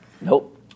Nope